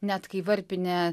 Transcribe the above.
net kai varpinė